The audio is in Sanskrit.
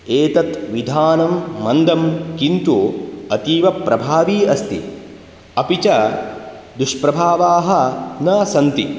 एतत् विधानं मन्दं किन्तु अतीवप्रभावी अस्ति अपि च दुष्प्रभावाः न सन्ति